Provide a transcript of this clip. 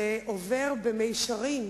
שעובר במישרין